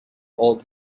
old